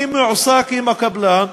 מי מועסק עם הקבלן,